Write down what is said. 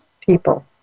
people